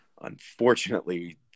unfortunately